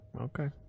Okay